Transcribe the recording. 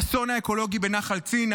האסון האקולוגי בנחל צין,